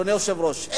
אדוני היושב-ראש?